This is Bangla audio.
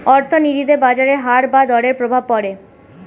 অর্থনীতিতে বাজারের হার বা দরের প্রভাব পড়ে